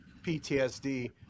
PTSD